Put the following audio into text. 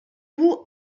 vous